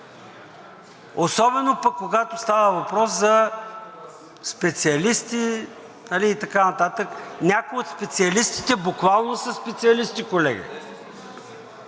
особено пък когато става въпрос за специалисти и така нататък. Някои от специалистите буквално са специалисти, колеги.